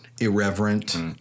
irreverent